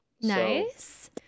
Nice